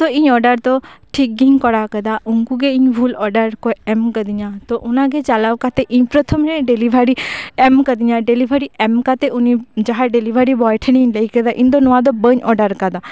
ᱛᱳ ᱤᱧ ᱚᱰᱟᱨ ᱫᱚ ᱴᱷᱤᱠ ᱜᱮᱧ ᱠᱚᱨᱟᱚ ᱟᱠᱟᱫᱟ ᱩᱱᱠᱩᱜᱮ ᱤᱧ ᱵᱷᱩᱞ ᱚᱰᱟᱨ ᱠᱚ ᱮᱢ ᱟᱠᱟᱫᱤᱧᱟ ᱛᱳ ᱚᱱᱟᱜᱮ ᱪᱟᱞᱟᱣ ᱠᱟᱛᱮ ᱤᱧ ᱯᱨᱚᱛᱷᱚᱢ ᱨᱮ ᱰᱮᱞᱤᱵᱷᱟᱨᱤ ᱮᱢ ᱟᱠᱟᱫᱤᱧᱟᱭ ᱰᱮᱞᱤᱵᱷᱟᱨᱤ ᱮᱢ ᱠᱟᱛᱮ ᱩᱱᱤ ᱡᱟᱦᱟᱭ ᱰᱮᱞᱤᱵᱷᱟᱨᱤ ᱵᱚᱭ ᱴᱷᱮᱱᱤᱧ ᱞᱟᱹᱭ ᱠᱮᱫᱟ ᱤᱧᱫᱚ ᱱᱚᱭᱟ ᱫᱚ ᱵᱟᱹᱧ ᱚᱰᱟᱨ ᱟᱠᱟᱫᱟ